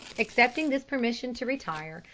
accepting this permission to retire,